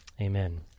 Amen